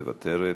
מוותרת.